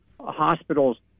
hospitals